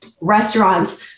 restaurants